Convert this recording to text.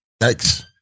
thanks